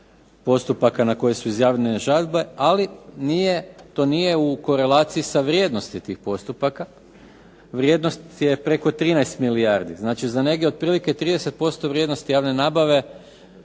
postupaka na koje su izjavljene žalbe, ali nije, to nije u korelaciji sa vrijednosti tih postupaka. Vrijednost je preko 13 milijardi. Znači za negdje otprilike 30% vrijednosti javne nabave